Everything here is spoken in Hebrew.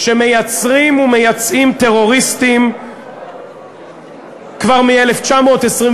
שמייצרים ומייצאים טרוריסטים כבר מ-1929.